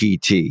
pt